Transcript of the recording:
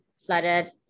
flooded